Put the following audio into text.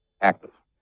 active